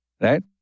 right